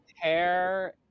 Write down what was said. Hair